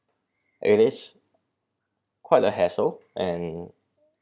it is quite a hassle and